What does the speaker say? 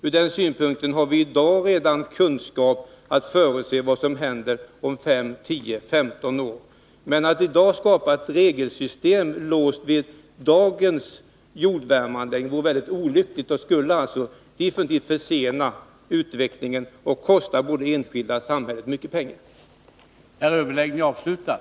Ur den synpunkten har vi redan i dag kunskap nog för att förutse vad som händer om 5, 10 eller 15 år. Men att nu skapa ett regelsystem, låst vid dagens ytjordvärmeanläggningar, vore väldigt olyckligt. Det skulle verkligen försena utvecklingen och kosta både enskilda och samhället mycket pengar.